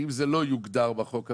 שאם זה לא יוגדר בחוק הראשי,